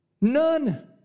None